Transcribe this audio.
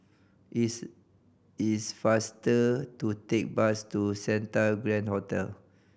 is is faster to take bus to Santa Grand Hotel